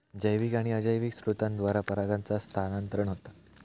जैविक आणि अजैविक स्त्रोतांद्वारा परागांचा स्थानांतरण होता